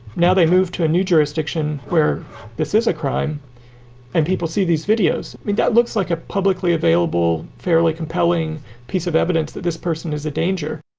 now they move to a new jurisdiction where this is a crime and people see these videos. i mean, that looks like a publicly available, fairly compelling piece of evidence that this person is a danger